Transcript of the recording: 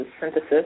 synthesis